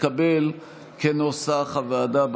כנוסח הוועדה,